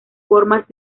formas